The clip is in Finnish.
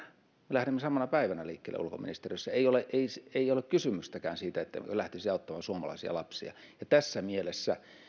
me lähdemme samana päivänä liikkeelle ulkoministeriössä ei ole kysymystäkään siitä ettemmekö lähtisi auttamaan suomalaisia lapsia ja tässä mielessä